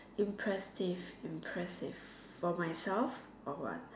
impressive impressive for myself or what